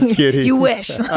yeah you wish.